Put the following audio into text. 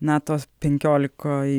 nato penkiolikoj